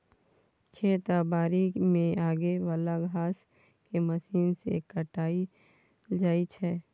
खेत आ बारी मे उगे बला घांस केँ मशीन सँ काटल जाइ छै